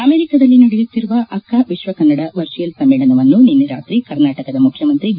ಅಮೆರಿಕದಲ್ಲಿ ನಡೆಯುತ್ತಿರುವ ಅಕ್ಕ ವಿಶ್ವ ಕನ್ನದ ವರ್ಚುಯೆಲ್ ಸಮ್ಮೆಳನವನ್ನು ನಿನ್ನೆ ರಾತ್ರಿ ಕರ್ನಾಟಕದ ಮುಖ್ಯಮಂತಿ ಬಿ